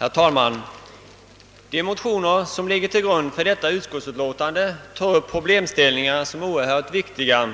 Herr talman! De motioner som ligger till grund för detta utskottsutlåtande tar upp problemställningar som är oerhört viktiga